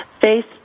face